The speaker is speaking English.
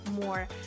more